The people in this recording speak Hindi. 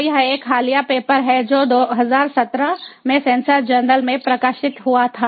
तो यह एक हालिया पेपर है जो 2017 में सेंसर जर्नल में प्रकाशित हुआ था